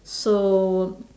so